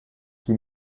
qui